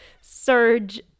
surge